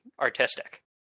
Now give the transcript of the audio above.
artistic